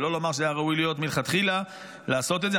שלא לומר שהיה ראוי מלכתחילה לעשות את זה.